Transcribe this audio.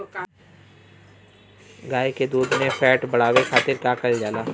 गाय के दूध में फैट बढ़ावे खातिर का कइल जाला?